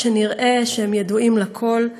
אף שנראה שהם ידועים לכול,